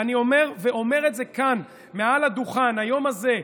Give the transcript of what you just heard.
ואני אומר את זה כאן מעל הדוכן: היום הזה,